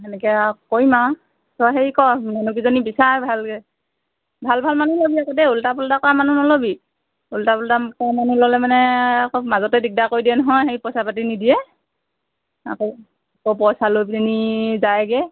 সেনেকে আৰু কৰিম আৰু ত' হেৰি কৰ মানুহকিজনী বিচাৰ ভালকৈ ভাল ভাল মানুহ লবি আকৌ দে উল্টা পুল্টা কৰা মানুহ নল'বি উল্টা পুল্টা কৰা মানুহ ল'লে মানে আকৌ মাজতে দিগদাৰ কৰি দিয়ে নহয় সেই পইচা পাতি নিদিয়ে আকৌ পইচা লৈ পিনি যায়গৈ